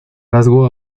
rasgo